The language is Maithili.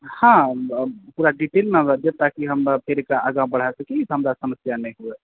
हाँ पूरा डिटेल मे हमरा दिअ ताकि हम एकरा आगाँ बढ़ा सकी हमरा समस्या नहि हुए